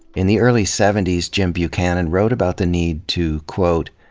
in the early seventies, jim buchanan wrote about the need to, quote,